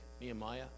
nehemiah